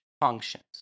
functions